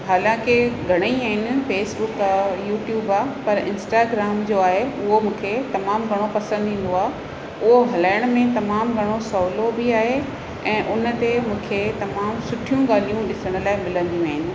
हालाकी घणेई आहिनि फेसबुक आहे यूट्यूब आहे पर इंस्टाग्राम जो आहे उहो मूंखे तमामु घणो पसंदि ईंदो आहे उहो हलाइण में तमामु घणो सहूलो बि आहे ऐं उन ते मूंखे तमामु सुठियूं ॻाल्हियूं ॾिसण लाइ मिलंदियूं आहिनि